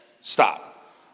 Stop